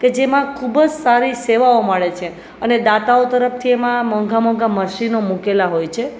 કે જેમાં ખૂબ જ સારી સેવાઓ મળે છે અને દાતાઓ તરફથી એમાં મોંઘા મોંઘા મશીનો મૂકેલા હોય છે